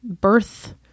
birth